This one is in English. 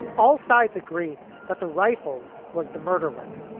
all sides agreed that the rifle was the murder weapon.